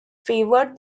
favoured